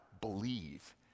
believe